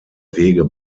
wege